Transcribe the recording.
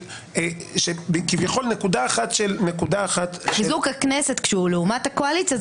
חיזוק הכנסת כשהוא לעומת הקואליציה,